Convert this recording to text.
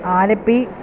Alleppey